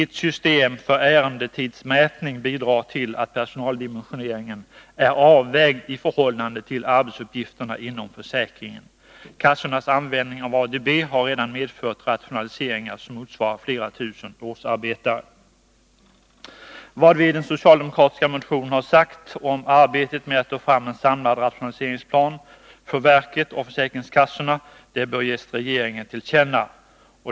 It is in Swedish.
Ett system för ärendetidsmätning bidrar till att personaldimensioneringen är avvägd i förhållande till arbetsuppgifterna inom försäkringen. Kassornas användning av ADB har redan medfört rationaliseringar som motsvarar flera tusen årsarbetare. Vad vi i den socialdemokratiska motionen har sagt om arbetet med att ta fram en samlad rationaliseringsplan för verket och försäkringskassorna bör ges regeringen till känna.